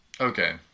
Okay